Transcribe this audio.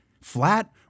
Flat